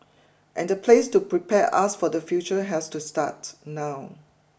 and the place to prepare us for the future has to start now